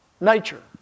nature